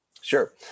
Sure